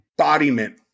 embodiment